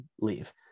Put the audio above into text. leave